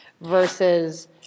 versus